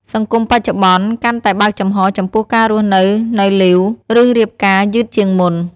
សង្គមបច្ចុប្បន្នកាន់តែបើកចំហរចំពោះការរស់នៅនៅលីវ ឬរៀបការយឺតជាងមុន។